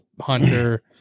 hunter